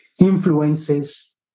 influences